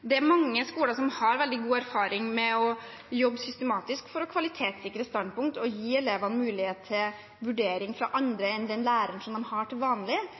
veldig dumt. Mange skoler har veldig god erfaring med å jobbe systematisk for å kvalitetssikre standpunkt og gi elevene muligheten til vurdering fra andre enn den læreren man har til vanlig.